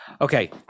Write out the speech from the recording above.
Okay